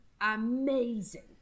amazing